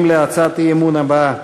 להצעת האי-אמון הבאה: